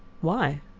why?